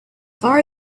far